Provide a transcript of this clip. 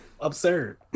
absurd